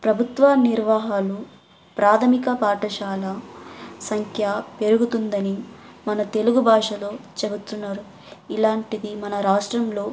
ప్రభుత్వ నిర్వహాలు ప్రాథమిక పాఠశాల సంఖ్య పెరుగుతుందని మన తెలుగు భాషలో చెబుతున్నారు ఇలాంటిది మన రాష్ట్రంలో